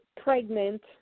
pregnant